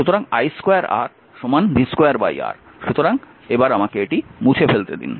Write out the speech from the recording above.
সুতরাং i2R v2R সুতরাং আমাকে এটি মুছে ফেলতে দিন